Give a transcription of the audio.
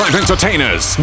entertainers